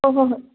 ꯍꯣꯏ ꯍꯣꯏ ꯍꯣꯏ